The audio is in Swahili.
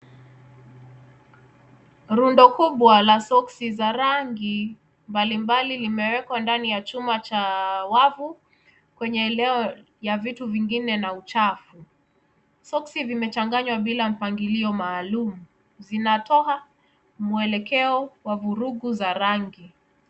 Rundo kubwa la soksi za rangi mbalimbali limewekwa ndani ya chuma cha wavu kwenye eneo ya vitu vingine na uchafu. Soksi vimechanganywa bila mpangilio maalum. Zinatoa mwelekeo wa vurugu za rangi.